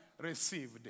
received